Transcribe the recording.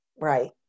right